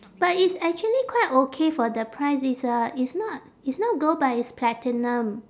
but it's actually quite okay for the price it's a it's not it's not gold but it's platinum